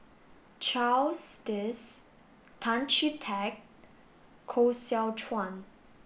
Charles Dyce Tan Chee Teck Koh Seow Chuan